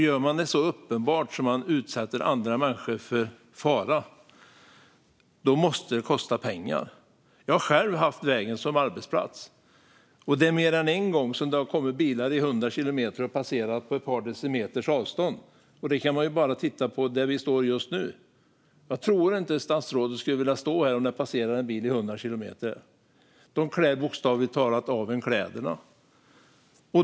Gör man det så uppenbart att man utsätter andra människor för fara måste det kosta pengar. Jag har själv haft vägen som arbetsplats. Det är mer än en gång som bilar har passerat på ett par decimeters avstånd i 100 kilometer i timmen. Titta på hur vi står här i salen just nu. Jag tror inte att statsrådet skulle vilja stå här om det passerade en bil i 100 kilometer i timmen. De klär bokstavligt talat av en kläderna.